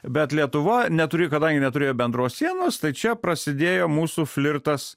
bet lietuva neturi kadangi neturėjo bendros sienos tai čia prasidėjo mūsų flirtas